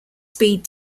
speed